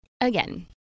again